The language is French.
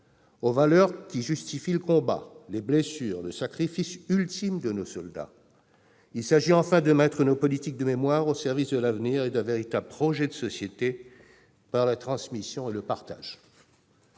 les valeurs justifient le combat, les blessures et le sacrifice ultime de nos soldats. Il s'agit, enfin, de mettre nos politiques de mémoire au service de l'avenir et d'un véritable projet de société par la transmission et le partage.